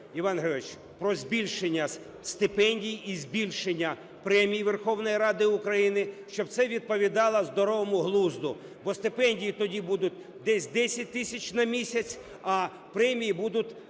Іван Григорович, про збільшення стипендій і збільшення премій Верховної Ради України, щоб це відповідало здоровому глузду. Бо стипендії тоді будуть десь 10 тисяч на місяць, а премії будуть